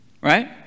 Right